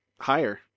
higher